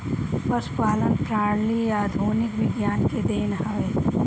पशुपालन प्रणाली आधुनिक विज्ञान के देन हवे